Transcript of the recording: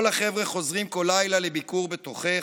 // כל החבר'ה חוזרים כל לילה לביקור בתוכך,